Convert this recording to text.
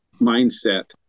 mindset